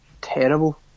terrible